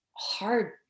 Hard